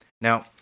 Now